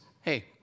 hey